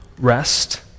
rest